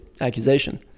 accusation